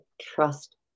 trust